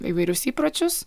įvairius įpročius